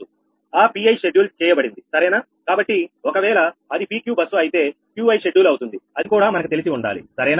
ఆ 𝑃𝑖 షెడ్యూల్ చేయబడింది సరేనా కాబట్టి ఒకవేళ అది PQ బస్సు అయితే 𝑄𝑖 షెడ్యూల్ అవుతుంది అది కూడా మనకు తెలిసి ఉండాలి సరేనా